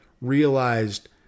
realized